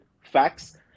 facts